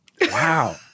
Wow